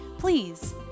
Please